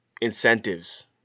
incentives